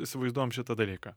įsivaizduojam šitą dalyką